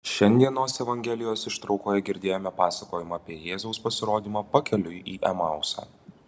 šiandienos evangelijos ištraukoje girdėjome pasakojimą apie jėzaus pasirodymą pakeliui į emausą